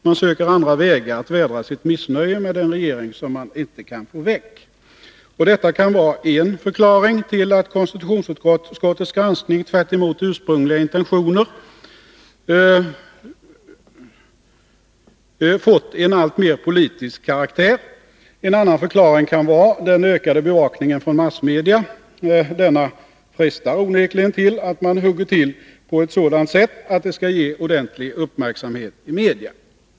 Man söker andra vägar för att vädra sitt missnöje med den regering som man inte kan få väck. Detta kan vara en förklaring till att konstitutionsutskottets granskning tvärtemot ursprungliga intentioner fått en alltmer politisk karaktär. En annan förklaring kan vara den ökade bevakningen från massmedia. Denna frestar onekligen till att man hugger till på ett sådant sätt att det skall ge ordentlig uppmärksamhet i media.